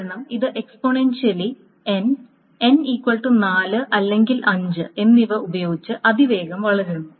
കാരണം ഇത് exponentially n n 4 അല്ലെങ്കിൽ 5 എന്നിവ ഉപയോഗിച്ച് അതിവേഗം വളരുന്നു